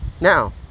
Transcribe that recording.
now